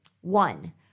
One